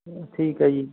ਠੀਕ ਹੈ ਜੀ